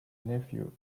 nephew